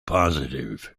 positive